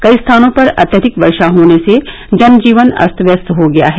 कई स्थानों पर अत्यधिक वर्षा होने से जन जीवन अस्त व्यस्त हो गया है